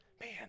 Man